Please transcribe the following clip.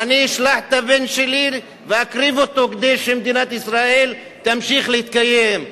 ואני אשלח את הבן שלי ואקריב אותו כדי שמדינת ישראל תמשיך להתקיים,